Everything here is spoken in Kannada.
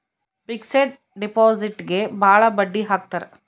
ಫಿಕ್ಸೆಡ್ ಡಿಪಾಸಿಟ್ಗೆ ಭಾಳ ಬಡ್ಡಿ ಹಾಕ್ತರ